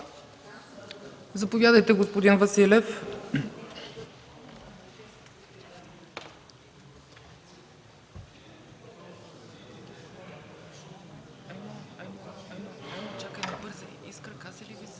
Заповядайте, господин Василев.